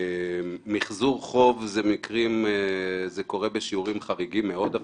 מיחזור חוב קורה בשיעורים חריגים מאוד.